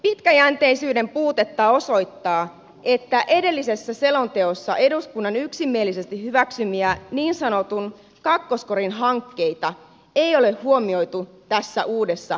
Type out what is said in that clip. pitkäjänteisyyden puutetta osoittaa että edellisessä selonteossa eduskunnan yksimielisesti hyväksymiä niin sanotun kakkoskorin hankkeita ei ole huomioitu tässä uudessa hankelistassa